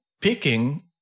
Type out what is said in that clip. picking